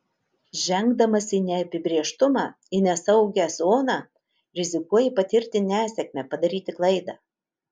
žengdamas į neapibrėžtumą į nesaugią zoną rizikuoji patirti nesėkmę padaryti klaidą